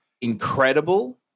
incredible